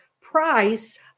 price